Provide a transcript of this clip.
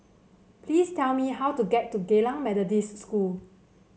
please tell me how to get to Geylang Methodist School